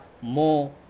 more